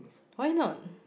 why not